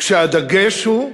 כשהדגש הוא,